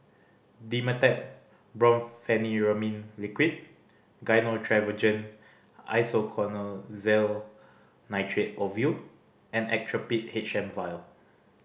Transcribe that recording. Dimetapp Brompheniramine Liquid Gyno Travogen Isoconazole Nitrate Ovule and Actrapid H M Vial